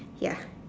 ya